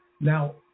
now